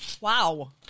Wow